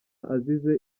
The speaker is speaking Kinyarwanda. azize